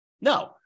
No